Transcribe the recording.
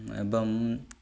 ଏବଂ